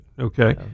Okay